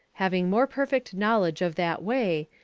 having more perfect knowledge of that way,